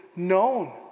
known